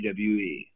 WWE